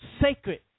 sacred